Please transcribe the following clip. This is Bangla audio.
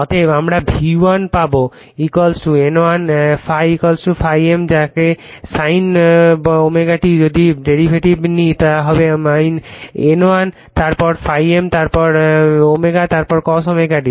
অতএব আমার V1 হবে N1 ∅∅ m যাকে sin বলে ω t যদি ডেরিভেটিভ নিই তা হবে N1 তারপর ∅ m তারপর ω তারপর cos ω t